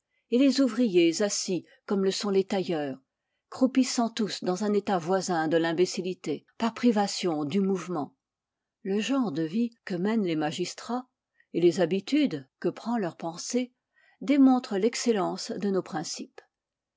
et les ouvriers assis comme le sont les tailleurs croupissant tous dans un état voisin de l'imbécillité par privation du mouvement le genre de vie que mènent les magistrats et les habitudes que prend leur pensée démontrent l'excellence de nos principes